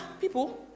people